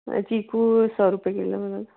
चीकू सौ रुपये किलो में मैम